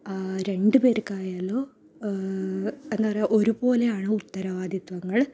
രണ്ട് പേർക്കായാലും എന്താണ് പറയുക ഒരു പോലെയാണ് ഉത്തരവാദിത്വങ്ങൾ